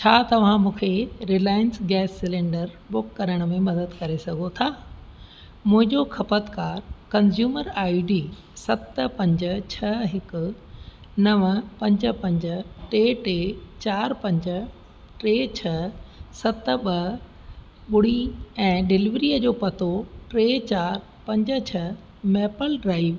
छा तव्हां मूंखे रिलायंस गैस सिलेंडर बुक करण में मदद करे सघो था मुहिंजो ख़पतकारु कंज़यूमर आई डी सत पंज छ हिकु नवं पंज पंज टे टे चारि पंज टे छ सत ॿ ॿुड़ी ऐं डिलीवरीअ जो पतो टे चारि पंज छ मैपल ड्राईव